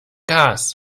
gas